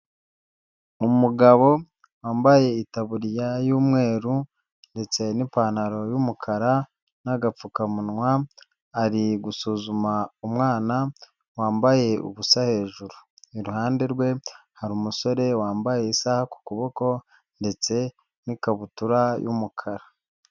Umugabo wambaye itaburiya y'umweru, ndetse n'ipantaro y'umukara, n'agapfukamunwa, ari gusuzuma umwana, wambaye ubusa hejuru, iruhande rwe hari umusore wambaye isaha ku kuboko, ndetse n'ikabutura y'umukara.